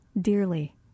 dearly